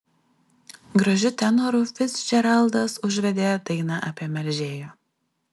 gražiu tenoru ficdžeraldas užvedė dainą apie melžėją